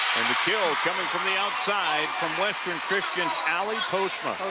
the kill coming from the outside from western christian's ally postma.